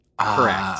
correct